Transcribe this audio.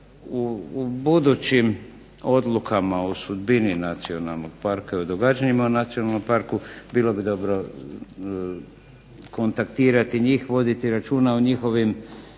u budućim odlukama o sudbini nacionalnog parka i o događanjima u nacionalnom parku bilo bi dobro kontaktirati njih, voditi računa o njihovim